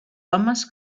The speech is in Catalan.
homes